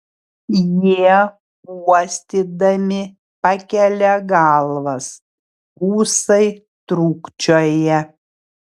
jie uostydami pakelia galvas ūsai trūkčioja